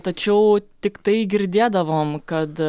tačiau tiktai girdėdavom kad